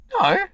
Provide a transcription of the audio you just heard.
No